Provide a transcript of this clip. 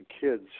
kids